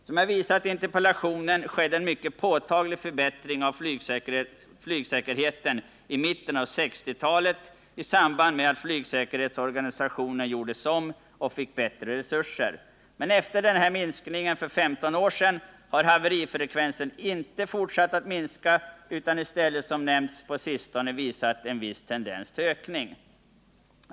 Som jag visat i interpellationen skedde en mycket påtaglig förbättring av flygsäkerheten i mitten av 1960-talet i samband med att flygsäkerhetsorganisationen gjordes om och fick bättre resurser. Men efter denna minskning för 15 år sedan har haverifrekvensen inte fortsatt att minska, utan den har i stället som nämnts på sistone visat en viss tendens till ökning.